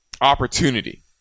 opportunity